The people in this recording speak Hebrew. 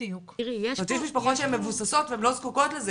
יש משפחות שהן מבוססות והן לא זקוקות לזה.